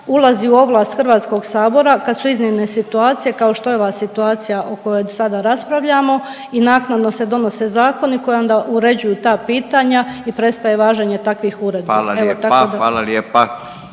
ulazi u ovlast Hrvatskog sabora kad su iznimne situacije kao što je ova situacija o kojoj sada raspravljamo i naknadno se donose zakoni koji onda uređuju ta pitanja i prestaje važenje takvih uredbi. …/Upadica Radin: Hvala lijepa./…